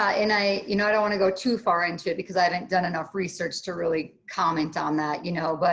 i and i you know don't want to go too far into it because i haven't done enough research to really comment on that, you know, but